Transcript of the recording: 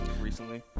recently